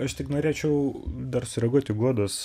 aš tik norėčiau dar sureaguot į guodos